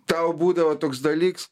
tau būdavo toks dalyks